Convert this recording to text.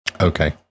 Okay